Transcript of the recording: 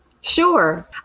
Sure